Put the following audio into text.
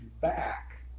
back